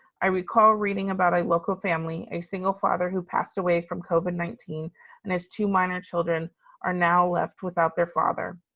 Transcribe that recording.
i recall reading about a local family, a single father who passed away from covid nineteen and his two minor children are now left without their father.